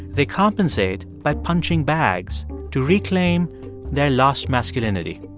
they compensate by punching bags to reclaim their lost masculinity.